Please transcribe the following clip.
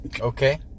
okay